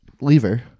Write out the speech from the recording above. Lever